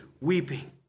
weeping